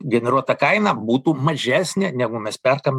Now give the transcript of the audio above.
generuota kaina būtų mažesnė negu mes perkam